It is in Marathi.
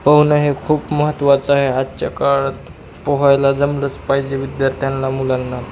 पोहणं हे खूप महत्त्वाचं आहे आजच्या काळात पोहायला जमलंच पाहिजे विद्यार्थ्यांना मुलांना